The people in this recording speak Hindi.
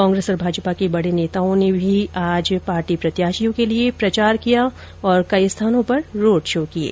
कांग्रेस और भाजपा के बड़े नेताओं ने भी आज पार्टी प्रत्याशियों के लिए प्रचार किया और कई स्थानों पर रोड शो किये